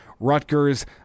Rutgers